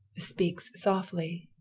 speaks softly.